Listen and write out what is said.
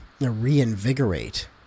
reinvigorate